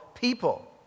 people